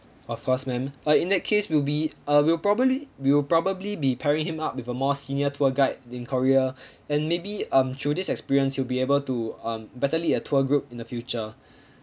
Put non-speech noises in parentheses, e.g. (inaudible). of course ma'am uh in that case we'll be uh we'll probably we will probably be pairing him up with a more senior tour guide in korea (breath) and maybe um through this experience you'll be able to um better lead a tour group in the future (breath)